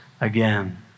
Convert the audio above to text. again